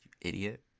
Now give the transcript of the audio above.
idiot